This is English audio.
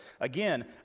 Again